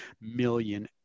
million